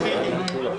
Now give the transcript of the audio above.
הישיבה ננעלה בשעה 13:00.